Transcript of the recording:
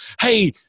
hey